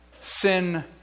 sin